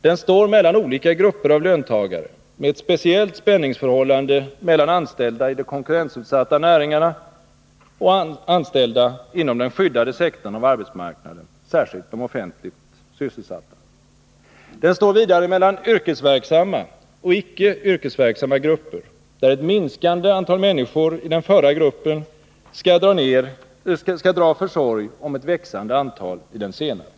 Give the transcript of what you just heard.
Den står mellan olika grupper av löntagare, med ett speciellt spänningsförhållande mellan anställda i de konkurrensutsatta näringarna och anställda inom den skyddade sektorn av arbetsmarknaden, särskilt de offentligt sysselsatta. Den står vidare mellan yrkesverksamma och icke yrkesverksamma grupper, där ett minskande antal människor av den förra kategorin skall dra försorg om ett växande antal av den senare.